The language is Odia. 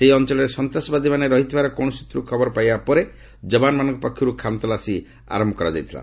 ସେହି ଅଞ୍ଚଳରେ ସନ୍ତାସବାଦୀମାନେ ରହିଥିବାର କୌଣସି ସ୍ଚତ୍ରରୁ ଖବର ପାଇବା ପରେ ଯବାନମାନଙ୍କ ପକ୍ଷରୁ ଖାନତଲାସୀ ଆରମ୍ଭ ହୋଇଥିଲା